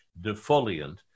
defoliant